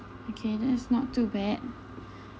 okay that's not too bad